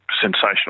sensational